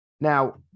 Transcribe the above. Now